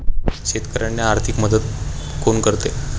शेतकऱ्यांना आर्थिक मदत कोण करते?